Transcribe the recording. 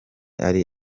ari